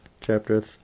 chapter